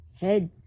head